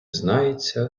знається